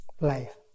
life